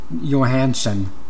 Johansson